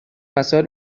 مسائل